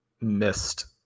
missed